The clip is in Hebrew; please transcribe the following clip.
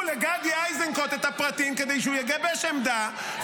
לגדי איזנקוט את הפרטים כדי שהוא יגבש עמדה,